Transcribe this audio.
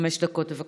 חמש דקות, בבקשה.